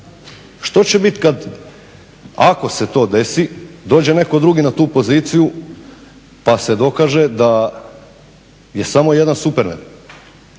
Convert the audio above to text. Što će biti ako se to desi dođe netko drugi na tu poziciju pa se dokaže da je samo jedan Supermen,